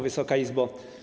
Wysoka Izbo!